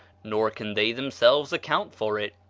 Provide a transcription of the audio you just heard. nor can they themselves account for it.